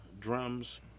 Drums